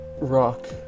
Rock